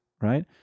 right